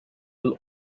will